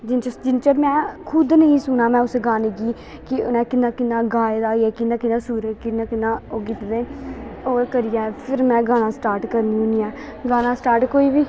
जिन्न चिस जिन्ने चिर में खुद नेईं सुनां में उस गाने गी कि उ'नें किन्ना किन्ना गाए दा जा किन्ना किन्ना सुर किन्ना किन्ना ओह् कीते दे ओह् करियै फिर में गाना स्टार्ट करनी होन्नी आं गाना स्टार्ट कोई बी